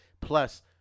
Plus